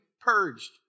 purged